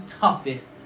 toughest